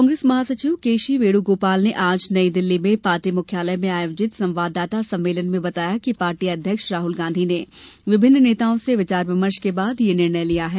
कांग्रेस महासचिव K C Venugopal ने आज नई दिल्ली में पार्टी मुख्यालय में आयोजित संवाददाता सम्मेलन में बताया कि पार्टी अध्यक्ष राहुल गांधी ने विभिन्न नेताओं से विचार विमर्श के बाद यह निर्णय लिया है